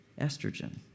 Estrogen